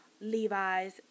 Levi's